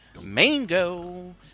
Mango